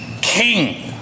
king